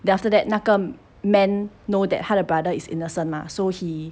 then after that 那个 man know that 他的 brother is innocent mah so he